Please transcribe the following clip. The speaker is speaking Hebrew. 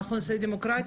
המכון הישראלי לדמוקרטיה,